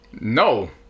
No